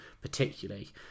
particularly